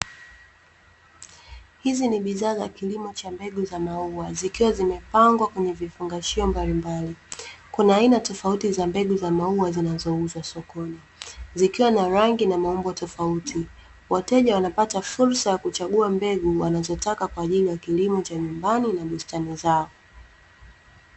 Hizi ni bidhaa za kilimo cha mbegu za maua, zikiwa zimepangwa kwenye vifungashio mbalimbali. Kuna aina tofauti za mbegu za maua zinazouzwa sokoni, zikiwa na rangi na maumbo tofauti. Wateja wanapata fursa ya kuchagua mbegu wanazotaka kwa ajili ya kilimo cha nyumbani na bustani zao.